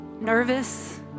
nervous